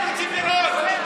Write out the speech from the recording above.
אנחנו רוצים לראות.